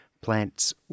plants